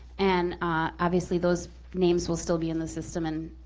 and obviously those names will still be in the system and